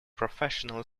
professional